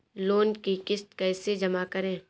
Loan की किश्त कैसे जमा करें?